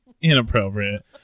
Inappropriate